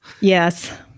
Yes